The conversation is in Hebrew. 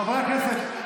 חברי הכנסת,